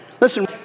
Listen